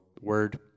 word